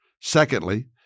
Secondly